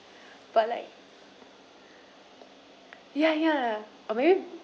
but like ya ya a very